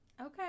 Okay